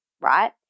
right